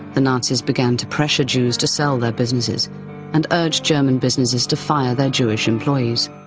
the nazis began to pressure jews to sell their businesses and urge german businesses to fire their jewish employees.